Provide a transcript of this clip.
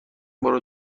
برو